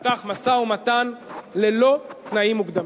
נפתח משא-ומתן ללא תנאים מוקדמים.